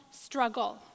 struggle